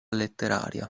letteraria